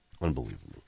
Unbelievable